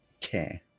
care